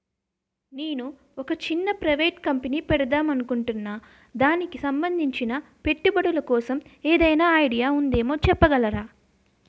నేను ఒక చిన్న ప్రైవేట్ కంపెనీ పెడదాం అనుకుంటున్నా దానికి సంబందించిన పెట్టుబడులు కోసం ఏదైనా ఐడియా ఉందేమో చెప్పగలరా?